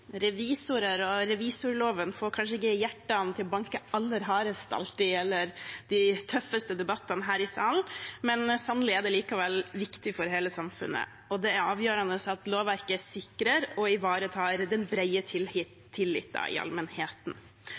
Revisorer og revisorloven får kanskje ikke hjertene til å banke aller hardest, eller er gjenstand for de tøffeste debattene vi har i denne salen, men sannelig er det likevel viktig for hele samfunnet, og det er avgjørende at lovverket sikrer og ivaretar den brede tilliten i allmennheten.